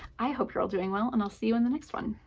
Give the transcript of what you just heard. i hope you're all doing well, and i'll see you in the next one.